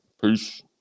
Peace